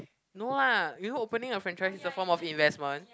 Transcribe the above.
no lah you know opening a franchise is a form of investment